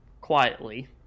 quietly